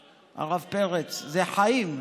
הרב פרץ, זה חיים,